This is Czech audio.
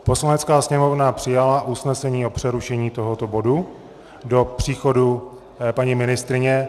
Poslanecká sněmovna přijala usnesení o přerušení tohoto bodu do příchodu paní ministryně.